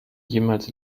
jemals